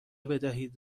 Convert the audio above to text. بدهید